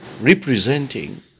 representing